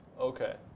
Okay